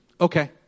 Okay